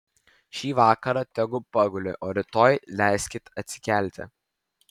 šį vakarą tegu paguli o rytoj leiskit atsikelti